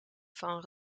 van